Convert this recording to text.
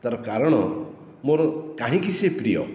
ତାର କାରଣ ମୋର କାହିଁକି ସେ ପ୍ରିୟ